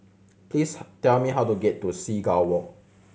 please tell me how to get to Seagull Walk